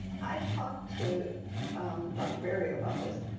i talked to um dr. berrio about this.